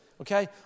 okay